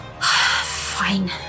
Fine